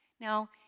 Now